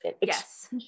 Yes